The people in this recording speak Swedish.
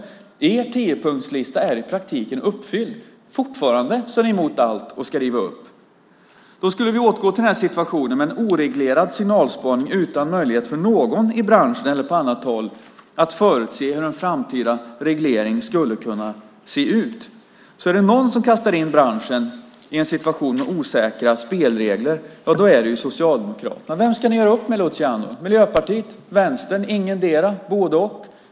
Kraven på er tiopunktslista är i praktiken uppfyllda. Fortfarande är ni emot allt och ska riva upp. Då skulle vi återgå till situationen med oreglerad signalspaning utan möjlighet för någon i branschen eller på annat håll att förutse hur en framtida reglering skulle kunna se ut. Är det någon som kastar in branschen i en situation med osäkra spelregler är det Socialdemokraterna. Vem ska ni göra upp med, Luciano - Miljöpartiet, Vänstern, ingetdera, både-och?